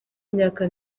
myaka